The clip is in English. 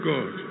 God